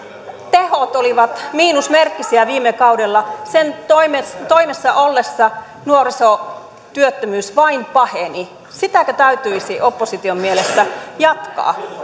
tehot olivat miinusmerkkisiä viime kaudella sen toimessa toimessa ollessa nuorisotyöttömyys vain paheni sitäkö täytyisi opposition mielestä jatkaa